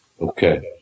Okay